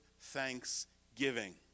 Thanksgiving